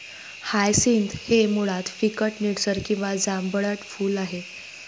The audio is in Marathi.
हायसिंथ हे मुळात फिकट निळसर किंवा जांभळट फूल आहे